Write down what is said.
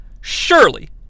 Surely